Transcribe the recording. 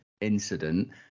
incident